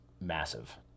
massive